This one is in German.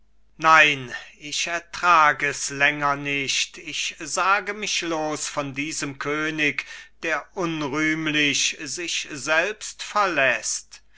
nein ich ertrag es länger nicht ich sage mich los von diesem könig der unrühmlich sich selbst verläßt